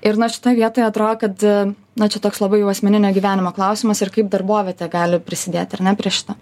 ir na šitoj vietoj atrodo kad na čia toks labai jau asmeninio gyvenimo klausimas ir kaip darbovietė gali prisidėti ar ne prie šito